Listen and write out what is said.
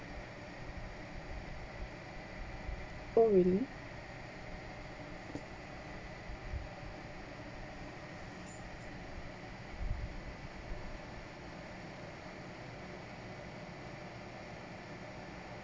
oh really